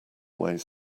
ways